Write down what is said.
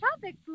topic